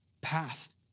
past